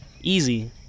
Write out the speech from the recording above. Easy